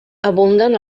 abunden